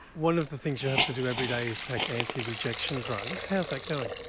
one of the things you have to do every day is take anti-rejection drugs, how is that going?